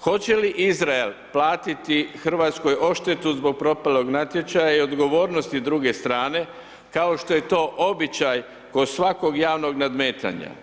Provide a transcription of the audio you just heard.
hoće li Izrael platiti RH odštetu zbog propalog natječaja i odgovornosti druge strane, kao što je to običaj kod svakog javnog nadmetanja.